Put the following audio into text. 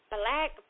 black